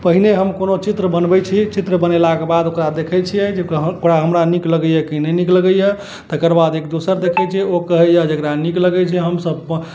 पहिने हम कोनो चित्र बनबय छी चित्र बनेलाक बाद ओकरा देखय छियै ओकरा हमरा नीक लागइए कि नहि नीक लागइए तकर बाद एक दोसर देखय छियै ओ कहइए जकरा नीक लगय छै हमसब